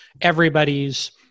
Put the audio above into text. everybody's